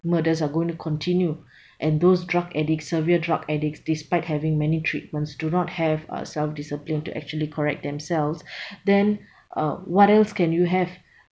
murders are going to continue and those drug addicts severe drug addicts despite having many treatments do not have uh self discipline to actually correct themselves then uh what else can you have